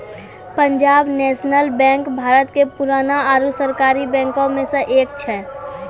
Punjab National Bank Bharat के पुराना आरु सरकारी बैंको मे से एक छै